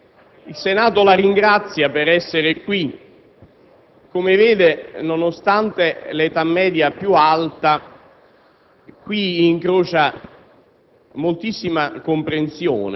Signor Presidente del Consiglio, il Senato la ringrazia per essere qui. Come vede, nonostante l'età media più alta,